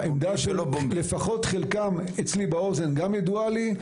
העמדה של לפחות חלקם אצלי באוזן גם ידועה לי,